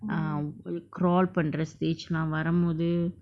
ah ul~ crawl பன்ர:panra stage lah வரும்போது:varumpothu